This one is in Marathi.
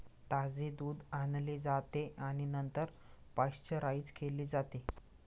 ताजे दूध आणले जाते आणि नंतर पाश्चराइज केले जाते